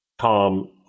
Tom